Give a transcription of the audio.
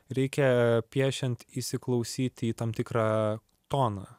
reikia piešiant įsiklausyti į tam tikrą toną